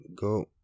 go